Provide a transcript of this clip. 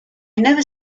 never